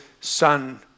son